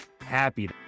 happy